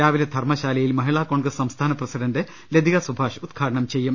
രാവിലെ ധർമ്മശാലയിൽ മഹിളാ കോൺഗ്രസ് സംസ്ഥാന പ്രസിഡണ്ട് ലതിക സുഭാഷ് ഉദ്ഘാടനം ചെയ്യും